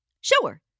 Sure